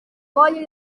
voglia